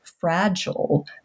fragile